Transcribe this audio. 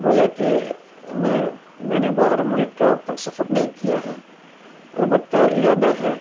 گویا کہ میں میں نے باہر ملک کا اب تک سفر نہیں کیا ہے البتہ ارادہ ہے